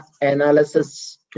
analysis